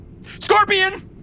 Scorpion